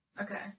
Okay